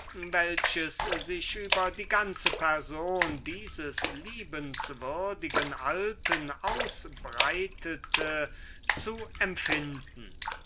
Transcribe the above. welches über die ganze person dieses liebenswürdigen alten ausgebreitet war zu empfinden